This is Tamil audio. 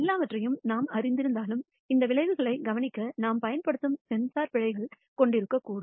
எல்லாவற்றையும் நாம் அறிந்திருந்தாலும் இந்த விளைவுகளைக் கவனிக்க நாம் பயன்படுத்தும் சென்சார் பிழைகள் கொண்டிருக்கக்கூடும்